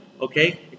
Okay